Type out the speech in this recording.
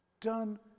done